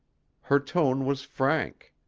her tone was frank.